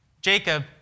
Jacob